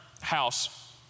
house